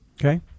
Okay